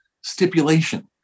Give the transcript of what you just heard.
stipulation